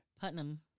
Putnam